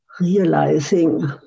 realizing